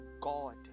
God